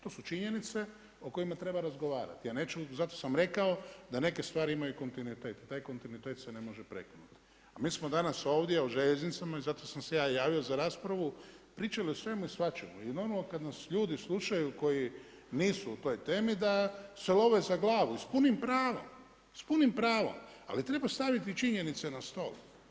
To su činjenice o kojima treba razgovarati, zato sam rekao da neke stvari imaju kontinuitet, taj kontinuitet se ne može prekinut, a mi smo danas ovdje o željeznicama, i zato sam se ja javio za raspravu pričali o svemu i svačemu i normalno kad nas ljudi slušaju, koji nisu u toj temi da se love za glavu i s punim pravom, s punim pravom, ali treba staviti činjenice na stol.